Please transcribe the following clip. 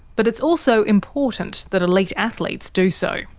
but it's also important that elite athletes do so.